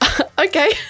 Okay